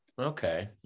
okay